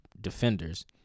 defenders